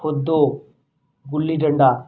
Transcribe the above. ਖੁੱਦੋ ਗੁੱਲੀ ਡੰਡਾ